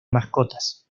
mascotas